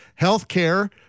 healthcare